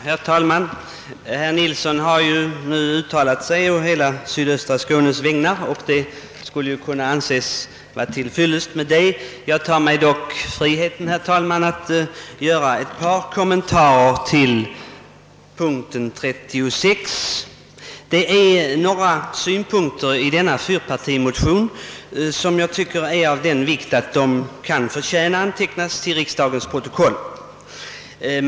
Herr talman! Herr Nilsson i Bästekille har nu uttalat sig å hela sydöstra Skånes vägnar, och det skulle ju kunna vara till fyllest med det. Jag tar mig dock friheten, herr talman, att göra ett par kommentarer till punkt 36. Jag tycker nämligen att några av synpunkterna i fyrpartimotionen är av sådan vikt att de kan förtjäna att tas till riksdagens protokoll.